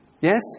Yes